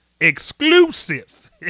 exclusive